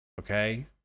Okay